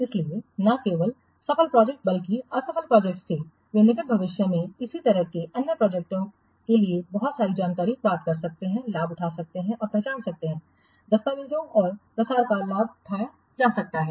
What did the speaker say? इसलिए न केवल सफल प्रोजेक्ट बल्कि असफल प्रोजेक्टओं से वे निकट भविष्य में इसी तरह के अन्य प्रोजेक्टओं के लिए बहुत सारी जानकारी प्राप्त सकते हैं लाभ उठा सकते हैं और पहचान सकते हैं दस्तावेज और प्रसार का लाभ उठाया जा सकता है